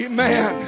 Amen